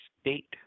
State